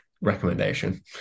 recommendation